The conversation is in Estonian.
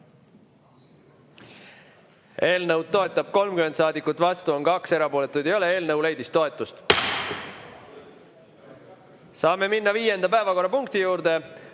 Eelnõu toetab 30 saadikut, vastu on 2, erapooletuid ei ole. Eelnõu leidis toetust. Saame minna viienda päevakorrapunkti juurde.